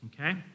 Okay